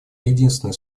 единственный